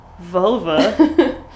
Vulva